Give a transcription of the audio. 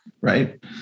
Right